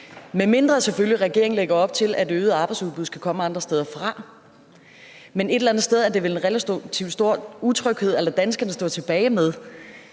medmindre regeringen selvfølgelig lægger op til, at et øget arbejdsudbud skal komme andre steder fra. Men et eller andet sted er det vel en relativt stor utryghed at efterlade danskerne i. Så